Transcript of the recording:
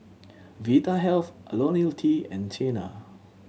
Vitahealth Ionil T and Tena